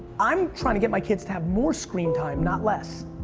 i'm trying to get my kids to have more screen time, not less.